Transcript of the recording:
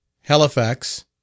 Halifax